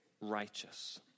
righteous